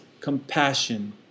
compassion